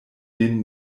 min